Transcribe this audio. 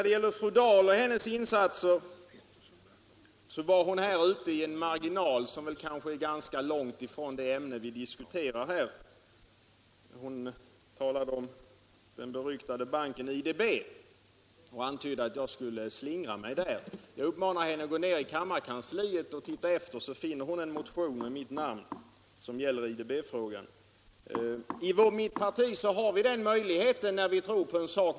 Det är ett anbud till ett vad. Fru Dahl var ett tag ute i en marginal som ligger rätt långt ifrån det ämne vi diskuterar här. Hon talade om den beryktade banken IDB och antydde att jag skulle slingra mig i fråga om den. Gå till kammarkansliet, fru Dahl, och titta efter där, så finner ni en motion med mitt namn som gäller IDB-frågan. I mitt parti har vi möjlighet att agera när vi tror på en sak.